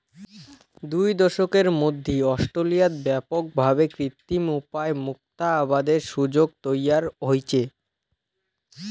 দুই দশকের মধ্যি অস্ট্রেলিয়াত ব্যাপক ভাবে কৃত্রিম উপায় মুক্তা আবাদের সুযোগ তৈয়ার হইচে